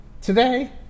today